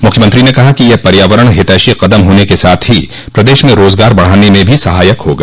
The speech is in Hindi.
मुख्यमंत्री ने कहा कि यह पर्यावरण हितैषी कदम होने के साथ ही प्रदेश में रोजगार बढ़ाने में भी सहायक होगा